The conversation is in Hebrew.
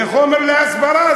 זה חומר להסברה,